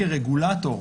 כרגולטור,